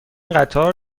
قطار